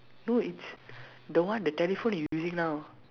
no it's the one the telephone they using now